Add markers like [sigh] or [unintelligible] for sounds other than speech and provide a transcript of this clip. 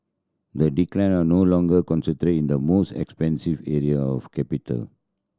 the decline are no longer [unintelligible] in the most expensive area of capital